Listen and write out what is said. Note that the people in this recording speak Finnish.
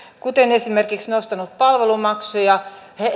kuten esimerkiksi nostanut palvelumaksuja